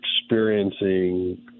experiencing –